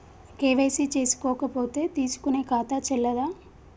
KYC చేసుకోకపోతే తీసుకునే ఖాతా చెల్లదా?